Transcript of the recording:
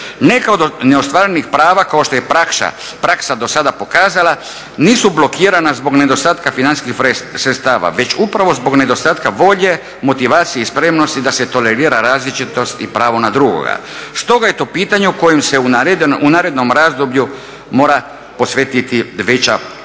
Neka od neostvarenih prava kao što je praksa do sada pokazala nisu blokirana zbog nedostatka financijskih sredstava već upravo zbog nedostatka volje, motivacije i spremnosti da se tolerira različitost i pravo na drugoga. Stoga je to pitanje o kojem se u narednom razdoblju mora posvetiti veća pažnja.